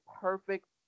perfect